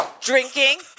drinking